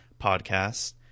podcast